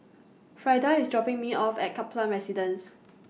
Frida IS dropping Me off At Kaplan Residence